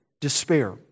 despair